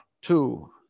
two